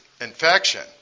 infection